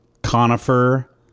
Conifer